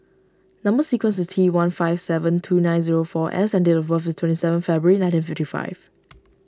Number Sequence is T one five seven two nine zero four S and date of birth is twenty seven February nineteen fifty five